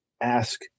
ask